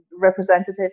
representative